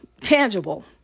tangible